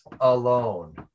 alone